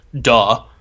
duh